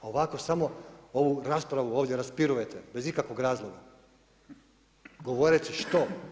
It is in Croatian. A ovako samo ovu raspravu ovdje raspirujete, bez ikakvog razloga, govoreći što?